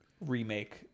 remake